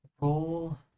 Roll